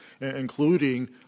including